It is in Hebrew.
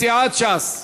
סיעת ש"ס,